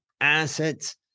Assets